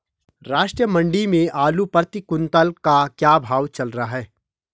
राष्ट्रीय मंडी में आलू प्रति कुन्तल का क्या भाव चल रहा है?